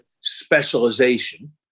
specialization